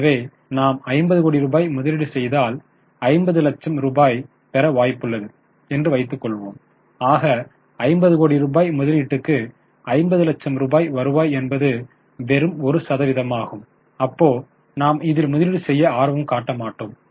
எனவே நாம் 50 கோடி ரூபாய் முதலீடு செய்தால் 50 லட்சம் ரூபாய் பெற வாய்ப்புள்ளது என்று வைத்துக்கொள்வோம் ஆக 50 கோடி ரூபாய் முதலீட்டுக்கு 50 லட்சம் ரூபாய் வருவாய் என்பது வெறும் 1 சதவீதமாகும் அப்போ நாம் இதில் முதலீடு செய்ய ஆர்வம் காட்ட மாட்டோம்